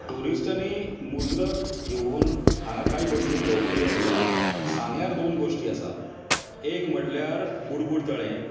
ट्युरिस्टानी मुजरत येवून हांगा कांय गोश्टी पळोवपाच्यो म्हटल्यार सांग्यार दोन गोश्टी आसा एक म्हटल्यार बुड बुड तळें